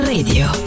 Radio